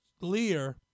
Lear